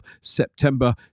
September